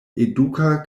eduka